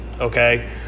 Okay